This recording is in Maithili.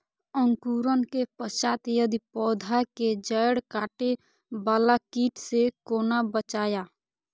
अंकुरण के पश्चात यदि पोधा के जैड़ काटे बाला कीट से कोना बचाया?